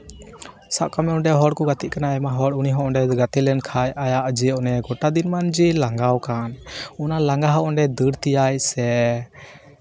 ᱥᱟᱵ ᱠᱟᱜ ᱢᱮ ᱚᱸᱰᱮ ᱦᱚᱲ ᱠᱚ ᱜᱟᱛᱮᱜ ᱠᱟᱱᱟ ᱟᱭᱢᱟ ᱦᱚᱲ ᱩᱱᱤ ᱦᱚᱸ ᱚᱸᱰᱮᱭ ᱜᱟᱛᱮ ᱞᱮᱱᱠᱷᱟᱡ ᱟᱭᱟᱜ ᱡᱮ ᱚᱱᱮ ᱜᱚᱴᱟ ᱫᱤᱱᱢᱟᱱ ᱡᱮᱭ ᱞᱟᱸᱜᱟᱣ ᱠᱟᱱ ᱚᱱᱟ ᱞᱟᱸᱜᱟ ᱦᱚᱸ ᱚᱸᱰᱮ ᱫᱟᱹᱲ ᱛᱟᱭᱟᱭ ᱥᱮ